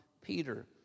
Peter